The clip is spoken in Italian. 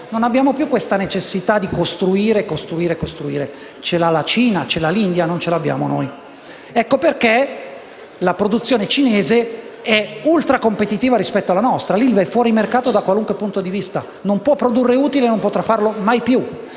Non abbiamo più questa necessità di costruire, costruire e costruire; ce l'ha la Cina e ce l'ha l'India, ma non ce l'abbiamo noi. Ecco perché la produzione cinese è ultracompetitiva rispetto alla nostra. L'ILVA è fuori mercato da qualunque punto di vista: non può produrre utili e non potrà farlo mai più,